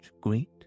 great